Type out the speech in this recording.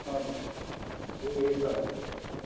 हजुर ए तब तब